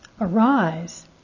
arise